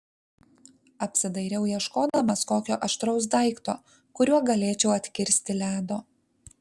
apsidairiau ieškodamas kokio aštraus daikto kuriuo galėčiau atkirsti ledo